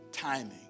timing